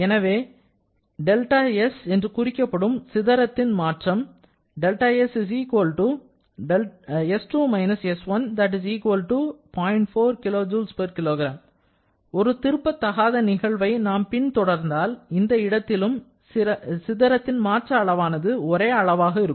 எனவே ΔS என்று குறிக்கப்படும் சிகரத்தின் மாற்றம் ஒரு திருப்ப தகாத நிகழ்வை நாம் பின்தொடர்ந்தால் இந்த இடத்திலும் சிதறத்தின் மாற்ற அளவானது ஒரே அளவாக இருக்கும்